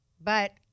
But-